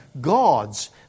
gods